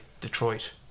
Detroit